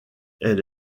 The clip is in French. elle